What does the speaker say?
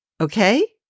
Okay